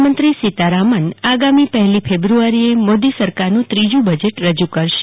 નાણામંત્રી નિર્મલા સીતારામન આગામી પહેલી ફેબ્રુઆરીએ મોદી સરકારનુ ત્રીજું બજેટ રજૂ કરશે